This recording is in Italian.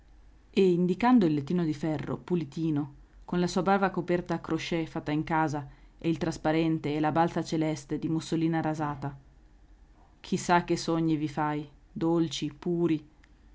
e indicando il lettino di ferro pulitino con la sua brava coperta a crocè fatta in casa e il trasparente e la balza celeste di mussolina rasata chi sa che sogni vi fai dolci puri